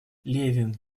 левин